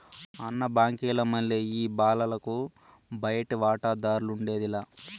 అన్న, బాంకీల మల్లె ఈ బాలలకు బయటి వాటాదార్లఉండేది లా